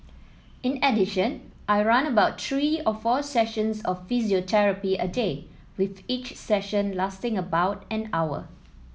in addition I run about three or four sessions of physiotherapy a day with each session lasting about an hour